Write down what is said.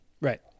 Right